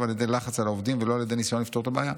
על ידי לחץ על העובדים ולא על ידי ניסיון לפתור את הבעיה.